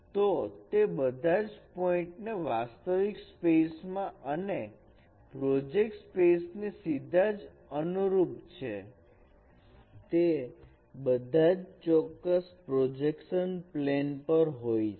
તો તે બધા જ પોઇન્ટ જે વાસ્તવિક સ્પેસ માં છે અને પ્રોજેક્ટર સ્પેસને સીધા જ અનુરૂપ છે તે બધા ચોક્કસ પ્રોજેક્શન પ્લેન પર હોય છે